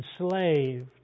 enslaved